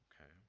okay